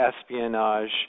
espionage